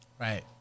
Right